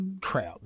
crowd